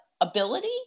ability